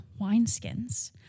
wineskins